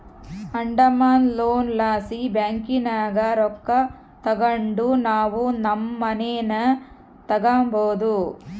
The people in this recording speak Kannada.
ಅಡಮಾನ ಲೋನ್ ಲಾಸಿ ಬ್ಯಾಂಕಿನಾಗ ರೊಕ್ಕ ತಗಂಡು ನಾವು ನಮ್ ಮನೇನ ತಗಬೋದು